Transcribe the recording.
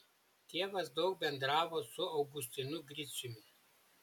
tėvas daug bendravo su augustinu griciumi